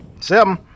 seven